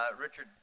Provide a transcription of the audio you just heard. Richard